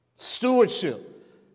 Stewardship